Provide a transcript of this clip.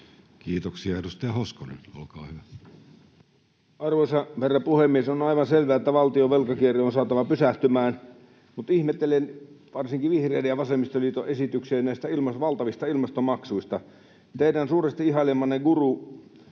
Kiitoksia. — Edustaja Hoskonen, olkaa hyvä. Arvoisa herra puhemies! On aivan selvää, että valtion velkakierre on saatava pysähtymään. Mutta ihmettelen varsinkin vihreiden ja vasemmistoliiton esityksiä valtavista ilmastomaksuista. Teidän suuresti ihailemanne guru,